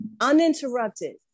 Uninterrupted